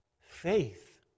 faith